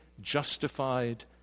justified